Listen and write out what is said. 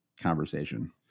conversation